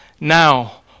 now